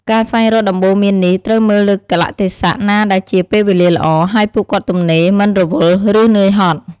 ការស្វែងរកដំបូន្មាននេះ ត្រូវមើលលើកាលៈទេសៈណាដែលជាពេលវេលាល្អ ហើយពួកគាត់ទំនេរ មិនរវល់ ឬនឿយហត់។